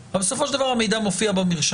בסופו של דבר זה מידע שמופיע במרשם,